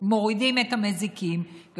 מורידים את המזיקים בחקלאות,